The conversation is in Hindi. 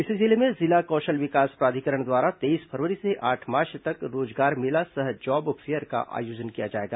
इसी जिले में जिला कौशल विकास प्राधिकरण द्वारा तेईस फरवरी से आठ मार्च तक रोजगार मेला सह जॉब फेयर का आयोजन किया जाएगा